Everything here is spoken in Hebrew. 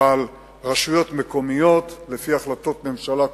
רשויות מקומיות, לפי החלטות ממשלה קודמות,